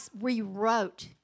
rewrote